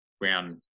round